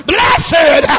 Blessed